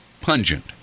Pungent